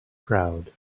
crowd